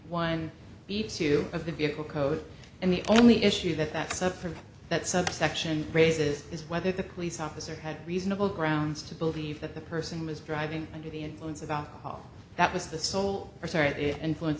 one two of the vehicle code and the only issue that's up from that subsection raises is whether the police officer had reasonable grounds to believe that the person was driving under the influence of alcohol that was the sole or sorry the influence